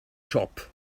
shop